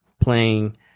playing